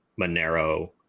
Monero